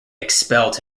expelled